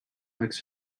likes